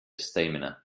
stamina